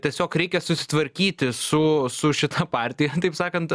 tiesiog reikia susitvarkyti su su šita partija taip sakant